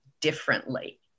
differently